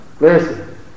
Listen